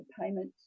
payments